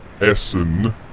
Essen